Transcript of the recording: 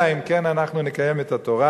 אלא אם כן אנחנו נקיים את התורה.